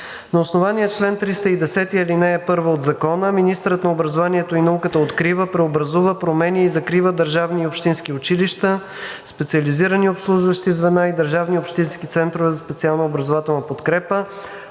На основание чл. 310, ал. 1 от Закона министърът на образованието и науката открива, преобразува, променя и закрива държавни и общински училища, специализирани обслужващи звена и държавни общински центрове за специална образователна подкрепа